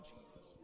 Jesus